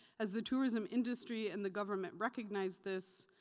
as the tourism industry and the government recognize this,